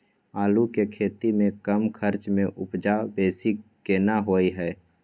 आलू के खेती में कम खर्च में उपजा बेसी केना होय है?